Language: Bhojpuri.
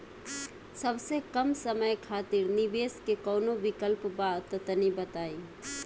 सबसे कम समय खातिर निवेश के कौनो विकल्प बा त तनि बताई?